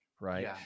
right